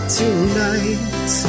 tonight